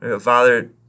Father